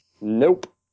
Nope